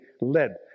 led